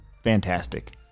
fantastic